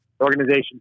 organization